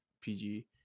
PG